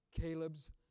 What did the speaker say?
Caleb's